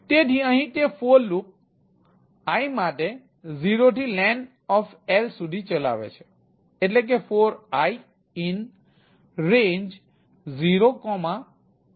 તેથી અહીં તે for લૂપ i માટે 0 થી len